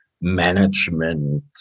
management